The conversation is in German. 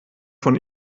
von